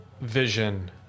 vision